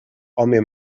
home